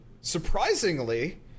surprisingly